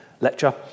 lecture